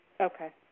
Okay